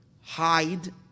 hide